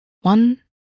One